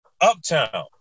Uptown